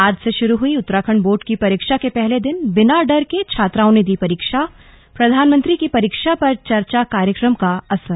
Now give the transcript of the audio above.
आज से शुरू ही उत्तराखंड बोर्ड की परीक्षा के पहले दिन बिना डर के छात्राओं ने दी परीक्षा प्रधानमंत्री की परीक्षा पर चर्चा कार्यक्रम का असर